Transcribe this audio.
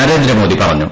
നരേന്ദ്രമോദി പറഞ്ഞു